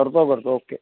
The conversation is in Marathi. करतो करतो ओके